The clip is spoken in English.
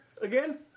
again